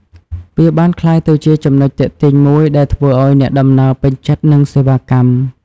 វាបានក្លាយទៅជាចំណុចទាក់ទាញមួយដែលធ្វើឱ្យអ្នកដំណើរពេញចិត្តនឹងសេវាកម្ម។